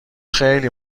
خیلی